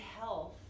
health